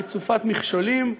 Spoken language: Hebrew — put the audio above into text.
רצופת מכשולים,